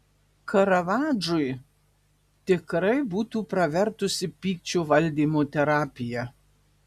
karavadžui tikrai būtų pravertusi pykčio valdymo terapija